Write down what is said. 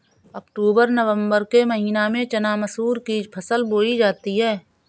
अक्टूबर नवम्बर के महीना में चना मसूर की फसल बोई जाती है?